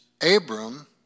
Abram